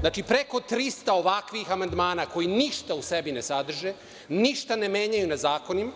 Znači, preko 300 ovakvih amandmana koji ništa u sebi ne sadrže, ništa ne menjaju u zakonu,